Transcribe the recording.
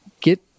get